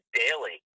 daily